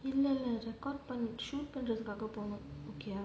இல்ல இல்ல:illa illa shoot பண்றதுக்காக போனோம் பெரிய:pandrathukaaga ponom seriya okay ah